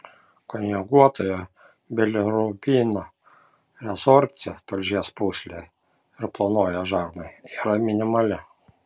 konjuguotojo bilirubino rezorbcija tulžies pūslėje ir plonojoje žarnoje yra minimali